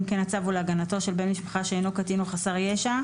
כן הצו הוא להגנתו של בן משפחה שאינו קטין או חסר ישע,